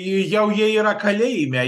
jau jie yra kalėjime